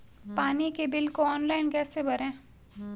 पानी के बिल को ऑनलाइन कैसे भरें?